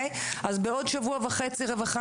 רווחה,